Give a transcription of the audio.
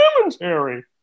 commentary